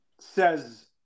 says